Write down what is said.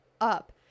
up